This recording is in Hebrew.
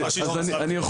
אני לא מתרשם מצנזורים.